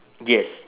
yes